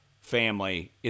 family